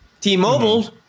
t-mobile